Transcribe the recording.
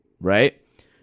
Right